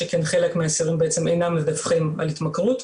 שכן חלק מהאסירים אינם מדווחים על התמכרות.